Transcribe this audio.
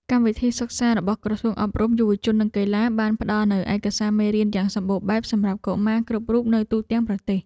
កម្មវិធីសិក្សារបស់ក្រសួងអប់រំ យុវជន និងកីឡា បានផ្តល់នូវឯកសារមេរៀនយ៉ាងសម្បូរបែបសម្រាប់កុមារគ្រប់រូបនៅទូទាំងប្រទេស។